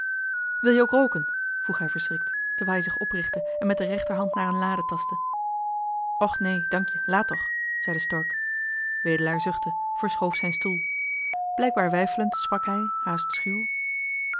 wil je ook rooken vroeg hij verschrikt terwijl hij zich oprichtte en met de rechterhand naar een lade tastte och nee dankje laat toch stelde stork gerust wedelaar zuchtte verschoof zijn stoel blijkbaar weifelend zei hij haast